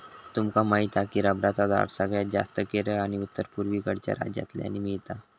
तुमका माहीत हा की रबरचा झाड सगळ्यात जास्तं केरळ आणि उत्तर पुर्वेकडच्या राज्यांतल्यानी मिळता